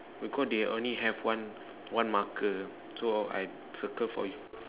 because they only have one one marker so I circle for you